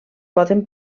poden